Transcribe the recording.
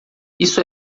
isso